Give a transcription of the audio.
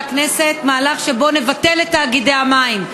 הכנסת מהלך שבו נבטל את תאגידי המים.